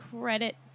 credit